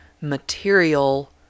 material